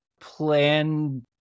plan